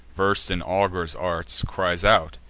vers'd in augurs' arts, cries out,